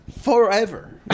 Forever